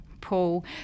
Paul